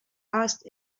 asked